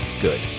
good